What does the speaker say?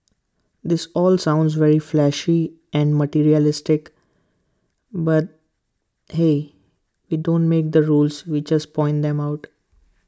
this all sounds very flashy and materialistic but hey we don't make the rules we just point them out